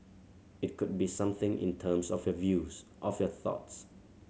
it could be something in terms of your views of your thoughts